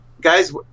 guys